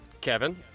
Kevin